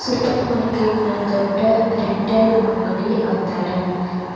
supermarket ನ ದೊಡ್ಡ retail ಅಂಗಡಿ ಅಂತಾರ